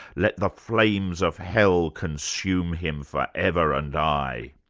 let the flames of hell consume him forever and aye'.